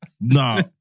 Nah